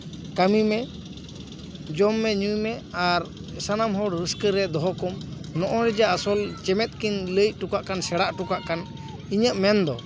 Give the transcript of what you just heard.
ᱠᱟᱹᱢᱤ ᱢᱮ ᱡᱚᱢ ᱢᱮ ᱧᱩᱭ ᱢᱮ ᱟᱨ ᱥᱟᱱᱟᱢ ᱦᱚᱲ ᱨᱟᱹᱥᱠᱟᱹ ᱨᱮ ᱫᱚᱦᱚ ᱠᱚᱢ ᱱᱚᱜᱼᱚᱭ ᱡᱮ ᱟᱥᱚᱞ ᱪᱮᱢᱮᱫ ᱠᱚᱹᱧ ᱞᱟᱹᱭ ᱦᱚᱴᱚ ᱠᱟᱜ ᱠᱟᱱ ᱥᱮᱬᱟ ᱦᱚᱴᱚ ᱠᱟᱜ ᱠᱟᱱ ᱤᱧᱟᱹᱜ ᱢᱮᱱᱫᱚ